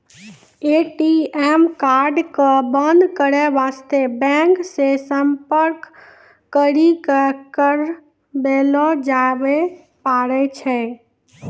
ATM card क बन्द करै बास्ते बैंक से सम्पर्क करी क करबैलो जाबै पारै छै